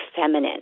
feminine